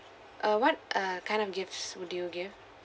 uh what uh kind of gifts would you give